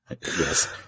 Yes